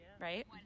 Right